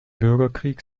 bürgerkrieg